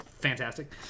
fantastic